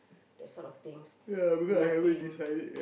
that sort of things nothing